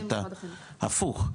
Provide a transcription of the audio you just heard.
הפוך,